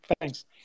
thanks